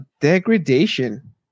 Degradation